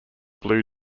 blue